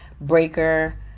Breaker